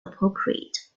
appropriate